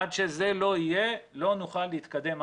עד שזה לא יהיה, לא נוכל להתקדם הלאה.